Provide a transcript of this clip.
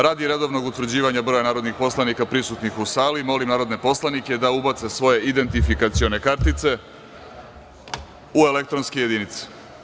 Radi redovnog utvrđivanja broja narodnih poslanika prisutnih u sali, molim narodne poslanike da ubace svoje identifikacione kartice u elektronske jedinice.